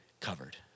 covered